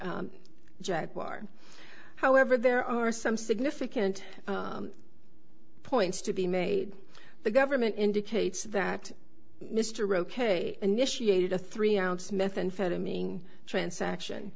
jaguar however there are some significant points to be made the government indicates that mr roquet initiated a three ounce methamphetamine transaction